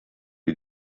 die